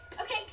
Okay